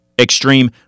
Extreme